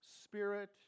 Spirit